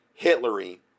hitlery